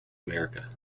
america